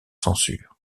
censure